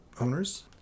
owners